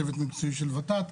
צוות מקצועי של ות"ת,